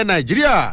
Nigeria